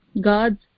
God's